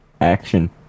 action